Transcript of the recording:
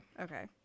Okay